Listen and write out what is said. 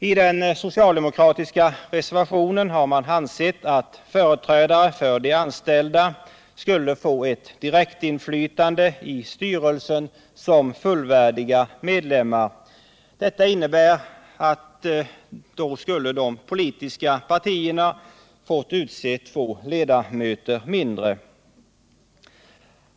I den socialdemokratiska reservationen har man ansett att företrädare för de anställda skulle få ett direktinflytande i styrelsen som fullvärdiga medlemmar. Detta innebär att de politiska partierna skulle få utse två ledamöter mindre.